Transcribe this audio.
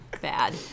bad